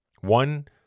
One